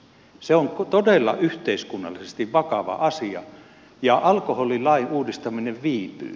se on todella yhteiskunnallisesti vakava asia ja alkoholilain uudistaminen viipyy